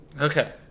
okay